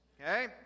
Okay